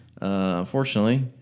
Unfortunately